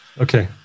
Okay